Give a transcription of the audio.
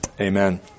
Amen